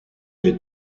est